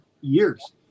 years